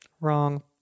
Wrong